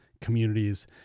communities